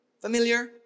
Familiar